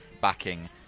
backing